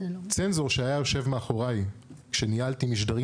צנזור שהיה יושב מאחורי כשניהלתי משדרים